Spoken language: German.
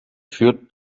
führt